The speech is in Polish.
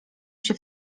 się